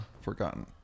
forgotten